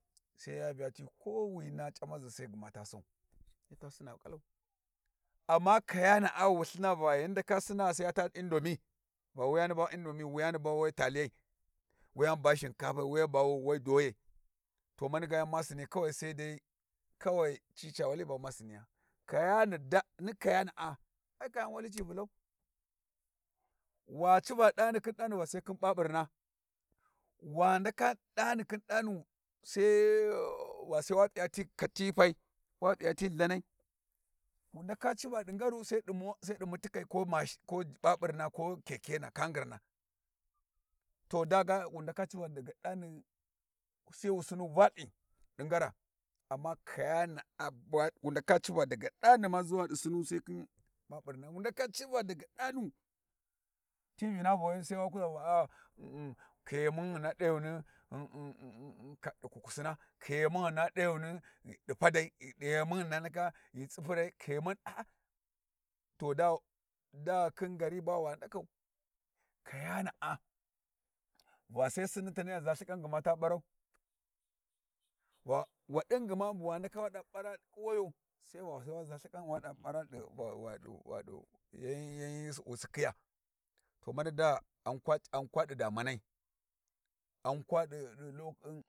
Sai ya vya ti kowina camazi gma sai ta sau, sai ta sinna kalau. Amma kayana a wu lthhina va hyi ndaka sina ghi sai ya ta indomie va wuyani ba doyai, to mani gay an ma sinna kawai ci ca wali ba ma sinaya kayani da ni kayana a ai kayani wali cu vulai wa civa dani khin danu va sai khin baburna wa ndaka dani khin danu sai va sai wa piya ti kati pai, wa p`iya ti lhanai, wu ndaka civa di ngaru sai di mo sai di mutikai ko mash ko baburna ko kekena kangirnai toda ga wu ndaka civa da ga dani, sai wu sanu valth di ngara, amma kayanaa wa wu ndaka civa da ga dani di sinu sai khin baburna wu ndaka civa da ga da nuti vinavvu wayu sai wa kuza va aa "um um "khiye mum hyena dayuni di kukusina khiyemumum hyena da yuni di padai, deyemu hyena ndaka ghi tsipurai khiyemu aa to da da khin ngari ba wa ndakau, kayana na va sai sinni taniyya za lthikanta barau va wading ma bu wa ndaka wada bara kuwayo sai va wa za lthikan wa da bara va di va di yan" yan wu sikhiga to mani da ghankwa di da mania ghan kwa di.